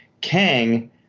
kang